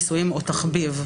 ניסויים או תחביב.